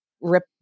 rip